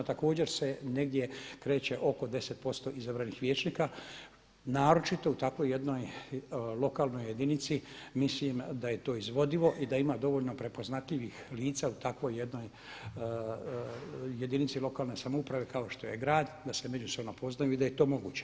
Također se negdje kreće oko 10% izabranih vijećnika, naročito u takvoj jednoj lokalnoj jedinici, mislim da je to izvodivo i da ima dovoljno prepoznatljivih lica u takvoj jednoj jedinici lokalne samouprave kao što je grad, da se međusobno poznaju i da je to moguće.